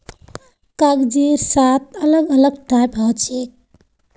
कागजेर सात अलग अलग टाइप हछेक